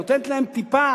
נותנת להם טיפה